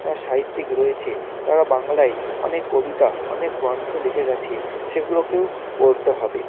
সাহিত্যিক রয়েছে তারা বাংলায় অনেক কবিতা অনেক গ্রন্থ লিখে গিয়েছে সেগুলোকেও পড়তে হবে